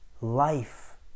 life